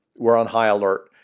we're on high alert.